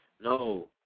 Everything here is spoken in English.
No